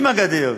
עם הגדר.